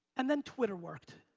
and then twitter worked.